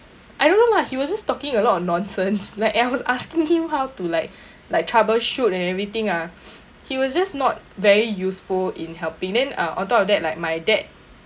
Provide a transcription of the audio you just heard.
I don't know lah he was just talking a lot of nonsense like I was asking him how to like like troubleshoot and everything ah he was just not very useful in helping then uh on top of that like my dad